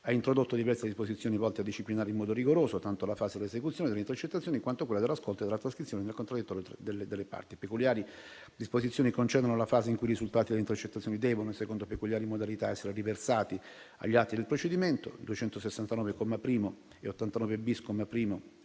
ha introdotto diverse disposizioni volte a disciplinare in modo rigoroso tanto la fase di esecuzione delle intercettazioni quanto quella dell'ascolto e della trascrizione del contraddittorio delle parti. Peculiari disposizioni concernono la fase in cui i risultati delle intercettazioni devono secondo peculiari modalità essere riversati agli atti del procedimento - articolo 269,